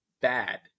bad